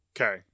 Okay